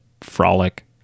frolic